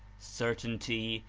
certainty,